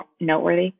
noteworthy